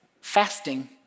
fasting